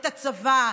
את הצבא,